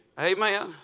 Amen